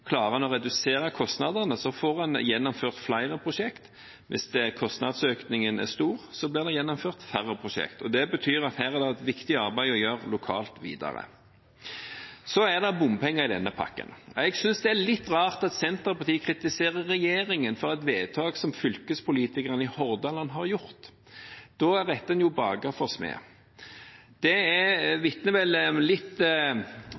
Klarer en å redusere kostnadene, får en gjennomført flere prosjekter. Hvis kostnadsøkningen er stor, blir det gjennomført færre prosjekter. Det betyr at her er det et viktig arbeid å gjøre videre lokalt. Det er bompenger i denne pakken. Jeg synes det er litt rart at Senterpartiet kritiserer regjeringen for et vedtak som fylkespolitikerne i Hordaland har gjort. Da retter en baker for smed. Det vitner vel om litt